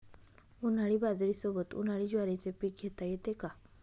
उन्हाळी बाजरीसोबत, उन्हाळी ज्वारीचे पीक घेता येते का?